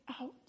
out